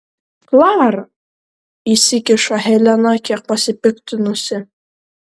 klara įsikiša helena kiek pasipiktinusi